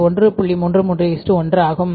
33 1 ஆகும்